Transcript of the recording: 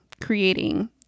creating